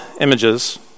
images